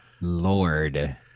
lord